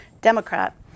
Democrat